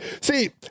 See